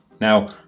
Now